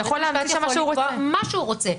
בית המשפט יכול לקבוע מה שהוא רוצה.